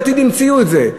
לא יש עתיד המציאו את זה.